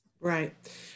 Right